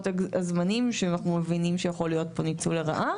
הזמנים שאנחנו מבינים שיכול להיות פה ניצול לרעה.